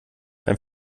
beim